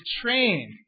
train